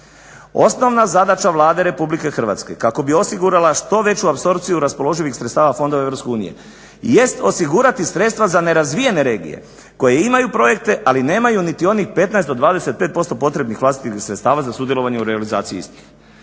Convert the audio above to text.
Osnovna zadaća Vlade Republike Hrvatske kako bi osigurala što veću apsorpciju raspoloživih sredstava fondova Europske unije jest osigurati sredstva za nerazvijene regije koje imaju projekte ali nemaju niti onih 15 do 25% potrebnih vlastitih sredstava za sudjelovanje u realizaciji istih.